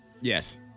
yes